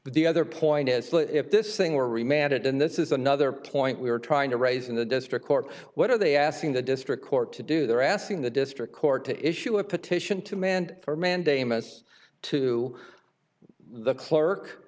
but the other point is if this thing were remanded and this is another point we were trying to raise in the district court what are they asking the district court to do they're asking the district court to issue a petition to manned for mandamus to the clerk